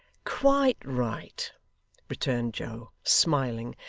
quite right returned joe, smiling,